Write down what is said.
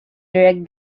direct